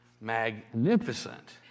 magnificent